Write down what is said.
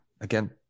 again